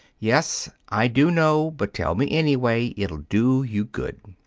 yes i do know, but tell me, anyway. it'll do you good.